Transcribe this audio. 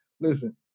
Listen